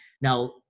Now